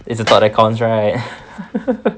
it's the thought that counts right